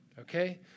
okay